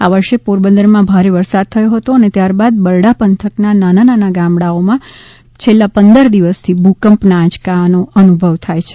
આ વર્ષે પોરબંદરમાં ભારે વરસાદ થયો હતો ત્યારબાદ બરડા પંથકમાં નાના ગામડાંઓમાં છેલ્લાં પંદર દિવસથી ભૂકંપના આંચકાના અનુભવ થાય છે